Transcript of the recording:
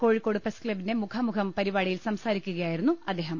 Kozhikode press ക്ലബ്ബിന്റെ മുഖാമുഖം പരിപാടിയിൽ സംസാരിക്കുകയായിരുന്നു അദ്ദേഹം